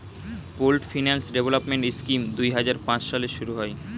pooled finance development scheme দুই হাজার পাঁচ সালে শুরু হয়